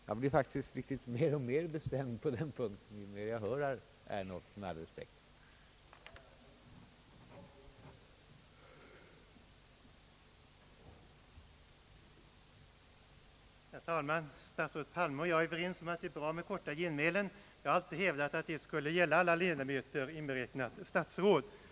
Jag blir faktiskt mer och mer bestämd på den punkten ju längre jag lyssnar till herr Ernulf — med all respekt för honom.